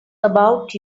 about